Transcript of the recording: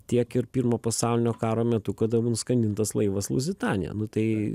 tiek ir pirmo pasaulinio karo metu kada nuskandintas laivas luzitanija nu tai